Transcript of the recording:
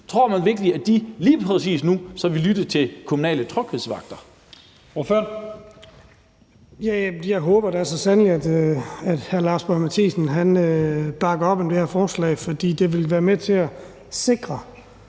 til politiet, lige præcis nu vil lytte til kommunale tryghedsvagter?